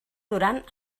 duran